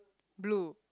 blue